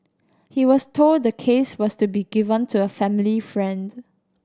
he was told the case was to be given to a family friends